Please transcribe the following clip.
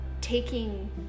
taking